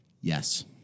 yes